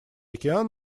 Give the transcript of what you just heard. океан